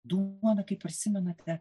duona kaip prisimenate